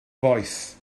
boeth